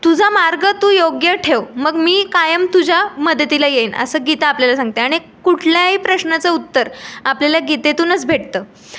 तुझा मार्ग तू योग्य ठेव मग मी कायम तुझ्या मदतीला येईन असं गीता आपल्याला सांगते आणि कुठल्याही प्रश्नाचं उत्तर आपल्याला गीतेतूनच भेटतं